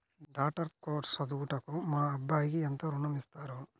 Doctor course చదువుటకు మా అబ్బాయికి ఎంత ఋణం ఇస్తారు?